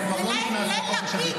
זה כבר לא עניין של חופש הביטוי.